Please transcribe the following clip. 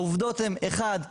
העובדות הן אחד,